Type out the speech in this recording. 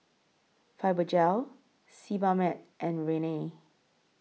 Fibogel Sebamed and Rene